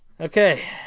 Okay